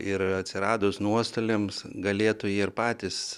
ir atsiradus nuostoliams galėtų jie ir patys